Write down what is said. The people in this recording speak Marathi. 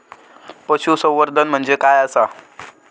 पशुसंवर्धन म्हणजे काय आसा?